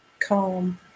calm